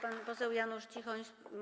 Pan poseł Janusz Cichoń.